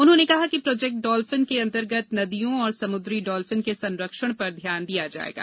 उन्होंने कहा कि प्रोजेक्ट डालफिन के अंतर्गत नदियों और समुद्री डालफिन के संरक्षण पर ध्यान दिया जाएगा